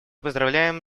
поздравляем